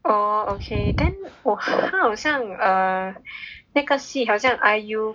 oh okay then 他好像 err 那个戏好像 I U